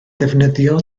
ddefnyddio